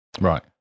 Right